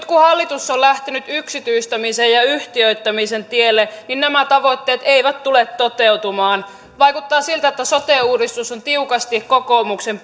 kun hallitus on lähtenyt yksityistämisen ja yhtiöittämisen tielle niin nämä tavoitteet eivät tule toteutumaan vaikuttaa siltä että sote uudistus on tiukasti kokoomuksen